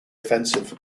offensive